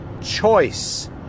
choice